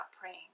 praying